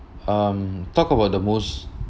um talk about the most